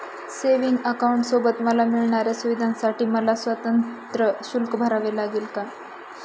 Savings अकाउंटसोबत मला मिळणाऱ्या सुविधांसाठी मला स्वतंत्र शुल्क भरावे लागेल का?